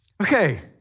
Okay